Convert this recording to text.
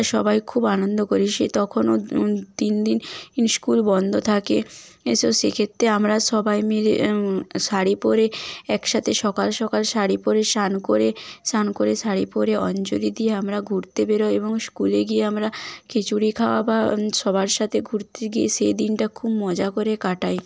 সবাই খুব আনন্দ করি সেই তখনও তিন দিন স্কুল বন্ধ থাকে এসব সেক্ষেত্রে আমরা সবাই মিলে শাড়ি পরে একসাথে সকাল সকাল শাড়ি পরে স্নান করে স্নান করে শাড়ি পরে অঞ্জলি দিয়ে আমরা ঘুরতে বেরোই এবং স্কুলে গিয়ে আমরা খিচুড়ি খাওয়া বা সবার সাথে ঘুরতে গিয়ে সেই দিনটা খুব মজা করে কাটাই